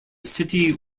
city